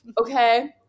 okay